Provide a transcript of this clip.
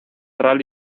rally